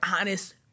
honest